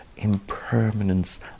impermanence